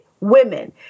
women